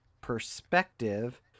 perspective